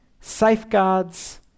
safeguards